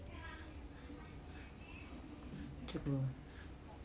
triple